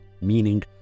meaning